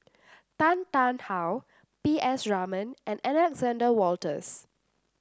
Tan Tarn How P S Raman and Alexander Wolters